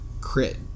crit